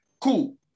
Cool